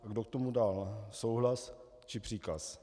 Kdo k tomu dal souhlas či příkaz?